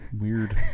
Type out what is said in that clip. weird